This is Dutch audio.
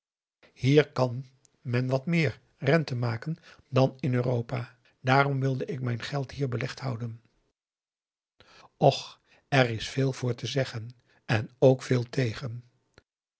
hier kan men wat meer rente maken dan in europa daarom wilde ik mijn geld hier belegd houden och er is veel vr te zeggen en ook veel tegen